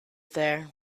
there